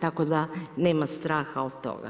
tako da nema straha od toga.